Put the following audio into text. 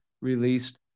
released